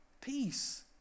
Peace